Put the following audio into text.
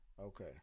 Okay